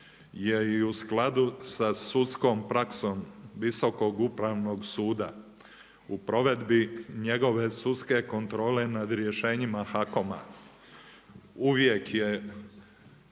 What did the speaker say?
je i u skladu sa sudskom praksom Visokog upravnog suda. U provedbi njegove sudske kontrole nad rješenjima HAKOMA, uvijek je